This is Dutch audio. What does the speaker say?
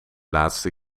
laatste